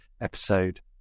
episode